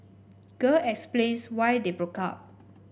girl explains why they broke up